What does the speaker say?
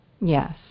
Yes